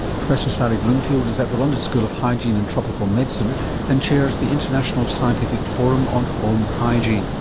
professor sally bloomfield is at the london school of hygiene and tropical medicine and chairs the international scientific forum on home hygiene